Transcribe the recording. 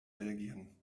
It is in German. belgien